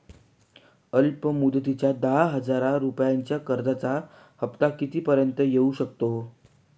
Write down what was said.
अल्प मुदतीच्या दहा हजार रुपयांच्या कर्जाचा हफ्ता किती पर्यंत येवू शकतो?